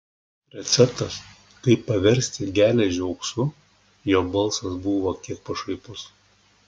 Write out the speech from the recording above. receptas kaip paversti geležį auksu jo balsas buvo kiek pašaipus